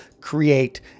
create